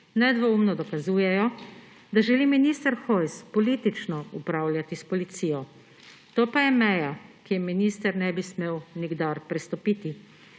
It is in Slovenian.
nedvoumno dokazujejo, da želi minister Hojs politično upravljati s policijo. To pa je meja, ki je minister ne bi smel nikdar prestopiti.